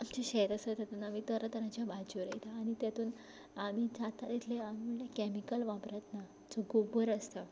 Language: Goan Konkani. आमचें शेत आसा तातून आमी तरा तराच्यो भाजयो लायता आनी तातूंत आमी जाता तितलें आमी म्हळ्ळ्या कॅमिकल वापरत ना जो गोबर आसता